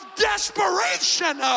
desperation